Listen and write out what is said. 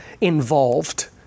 involved